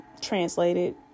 translated